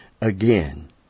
Again